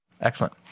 Excellent